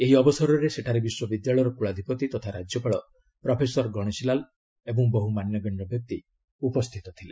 ଏହି ଅବସରରେ ସେଠାରେ ବିଶ୍ୱବିଦ୍ୟାଳୟର କୁଳାଧିପତି ତଥା ରାଜ୍ୟପାଳ ପ୍ରଫେସର ଗଣେଶୀ ଲାଲ୍ ଓ ବହୁ ମାନ୍ୟଗଣ୍ୟ ବ୍ୟକ୍ତି ଉପସ୍ଥିତ ଥିଲେ